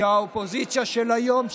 כי האופוזיציה של היום,